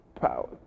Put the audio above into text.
power